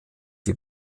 die